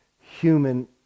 human